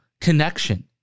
connection